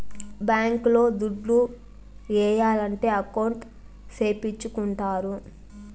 bank లో దుడ్లు ఏయాలంటే అకౌంట్ సేపిచ్చుకుంటారు